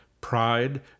Pride